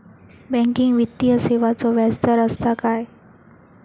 Banking वित्तीय सेवाचो व्याजदर असता काय?